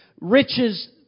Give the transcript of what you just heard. riches